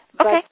Okay